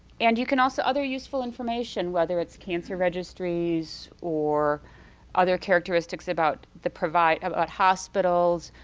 and you can also other useful information whether it's cancer registries, or other characteristics about the provider of hospitals,